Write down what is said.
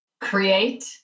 Create